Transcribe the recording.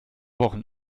wochen